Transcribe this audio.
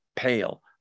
pale